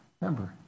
Remember